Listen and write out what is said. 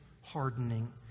hardening